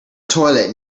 toilet